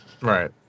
right